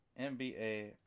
NBA